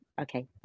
Okay